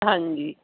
ਹਾਂਜੀ